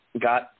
Got